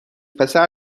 پسر